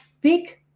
big